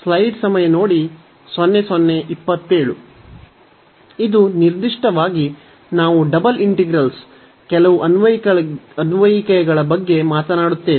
ಇಂದು ನಿರ್ದಿಷ್ಟವಾಗಿ ನಾವು ಡಬಲ್ ಇಂಟಿಗ್ರಲ್ನ ಕೆಲವು ಅನ್ವಯಿಕೆಗಳ ಬಗ್ಗೆ ಮಾತನಾಡುತ್ತೇವೆ